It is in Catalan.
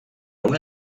una